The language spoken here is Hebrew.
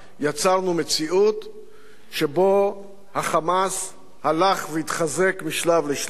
יצרנו מדיניות שבה ה"חמאס" הלך והתחזק משלב לשלב,